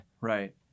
Right